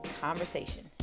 conversation